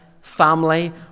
family